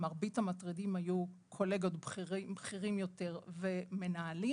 מרבית המטרידים היו קולגות בכירים יותר ומנהלים,